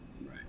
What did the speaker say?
Right